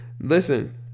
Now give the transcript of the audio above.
listen